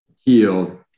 healed